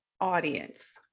audience